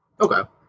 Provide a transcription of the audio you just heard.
Okay